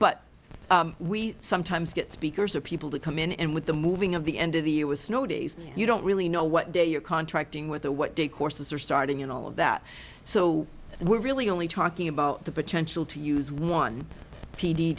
but we sometimes get speakers or people to come in and with the moving of the end of the year with snow days you don't really know what day you're contracting with or what day courses are starting in all of that so we're really only talking about the potential to use one p d